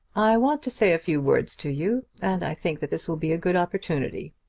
i want to say a few words to you and i think that this will be a good opportunity.